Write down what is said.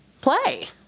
play